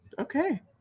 okay